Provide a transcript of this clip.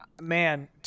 Man